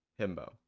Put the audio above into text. Himbo